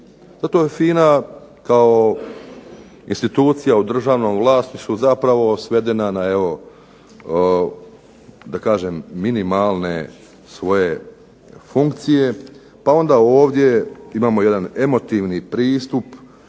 To je FINA kao institucija u državnom vlasništvu zapravo svedena na evo da kažem minimalne svoje funkcije pa onda ovdje imamo jedan emotivni pristup,